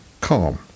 calm